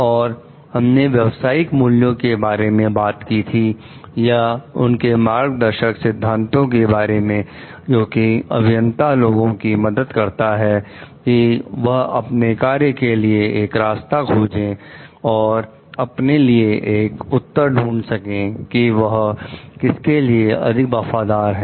और हमने व्यवसायिक मूल्यों के बारे में बात की थी या उसके मार्गदर्शक सिद्धांतों के बारे में जो कि अभियंता लोगों की मदद करता है कि वह अपने कार्य के लिए एक रास्ता खोज सकें और अपने लिए एक उत्तर ढूंढ सकें कि वह किसके लिए अधिक वफादार हैं